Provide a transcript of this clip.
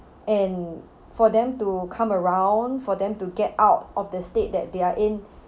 and for them to come around for them to get out of the state that they are in